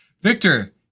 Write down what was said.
Victor